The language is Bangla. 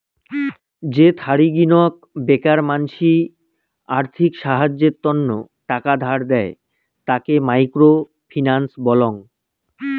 যে থারিগী নক বেকার মানসি আর্থিক সাহায্যের তন্ন টাকা ধার দেয়, তাকে মাইক্রো ফিন্যান্স বলং